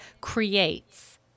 Creates